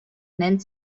nennt